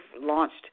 launched